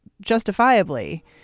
justifiably